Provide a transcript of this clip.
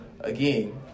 again